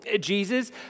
Jesus